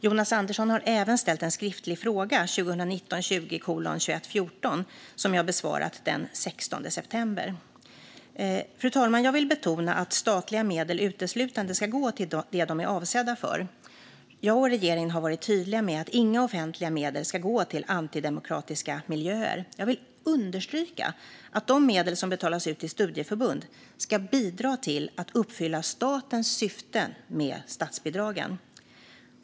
Jonas Andersson har även ställt en skriftlig fråga som jag besvarat den 16 september. Fru talman! Jag vill betona att statliga medel uteslutande ska gå till det de är avsedda för. Jag och regeringen har varit tydliga med att inga offentliga medel ska gå till antidemokratiska miljöer. Jag vill understryka att de medel som betalas ut till studieförbund ska bidra till att uppfylla statens syften med statsbidragen.